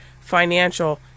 financial